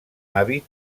hàbit